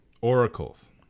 oracles